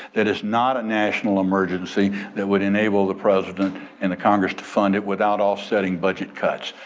that is not a national emergency that would enable the president and the congress to fund it without all setting budget cuts.